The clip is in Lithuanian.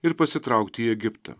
ir pasitraukti į egiptą